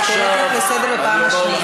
אני קוראת אותך לסדר פעם שנייה.